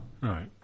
Right